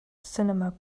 cinema